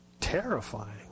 terrifying